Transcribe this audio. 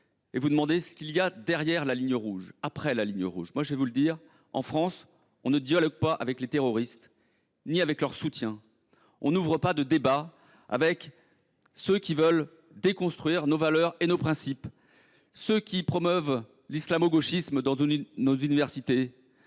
je vous le demande : qu’y a t il derrière la ligne rouge ? Moi, je vous le dis : en France, on ne dialogue pas avec les terroristes ni avec leurs soutiens ; on n’ouvre pas de débat avec ceux qui veulent déconstruire nos valeurs et nos principes, avec ceux qui promeuvent l’islamo gauchisme dans nos universités,